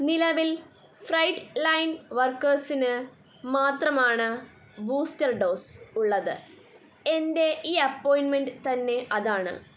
നിലവിൽ front line വർക്കേഴ്സിന് മാത്രമാണ് ബൂസ്റ്റർ ഡോസ് ഉള്ളത് എൻ്റെ ഈ അപ്പോയിന്റ്മെന്റ് തന്നെ അതാണ്